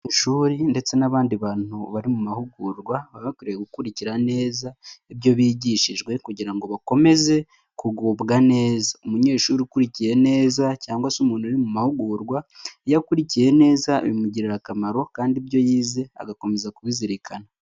Ishuri ndetse n'abandi bantu bari mu mahugurwa, baba bakwiye gukurikira neza ibyo bigishijwe, kugira ngo bakomeze kugubwa neza. Umunyeshuri ukurikiye neza cyangwa se umuntu uri mu mahugurwa, iyo akurikiye neza bimugirira akamaro kandi ibyo yize agakomeza kubizirikana.